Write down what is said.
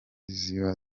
ziba